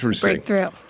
breakthrough